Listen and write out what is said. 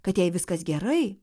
kad jai viskas gerai